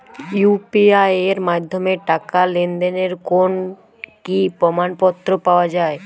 UPI এর মাধ্যমে টাকা লেনদেনের কোন কি প্রমাণপত্র পাওয়া য়ায়?